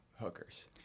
hookers